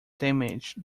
damaged